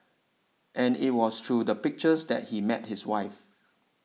and it was through the pictures that he met his wife